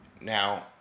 Now